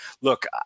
look